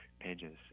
pages